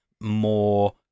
more